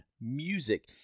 music